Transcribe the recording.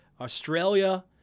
Australia